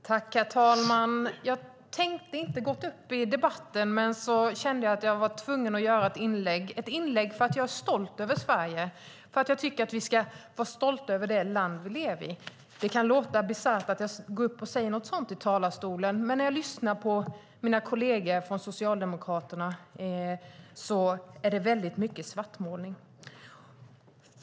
Herr talman! Jag tänkte inte gå upp i debatten, men jag kände att jag var tvungen att göra ett inlägg, för jag är stolt över Sverige. Jag tycker att vi ska vara stolta över det land vi lever i. Det kan låta bisarrt att jag går upp och säger något sådant i talarstolen, men när jag lyssnar på mina kolleger från Socialdemokraterna hör jag väldigt mycket svartmålning.